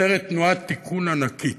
מסתתרת תנועת תיקון ענקית.